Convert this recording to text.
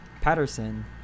Patterson